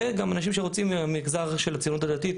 וגם אנשים מהמגזר של הציונות הדתית